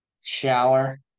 shower